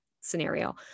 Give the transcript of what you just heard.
scenario